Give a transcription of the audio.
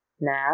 nap